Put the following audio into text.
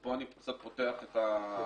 ופה אני קצת פותח את היריעה,